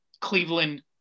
Cleveland